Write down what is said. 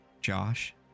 Josh